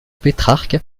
pétrarque